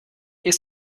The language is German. ist